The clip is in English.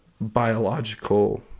biological